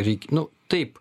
reik nu taip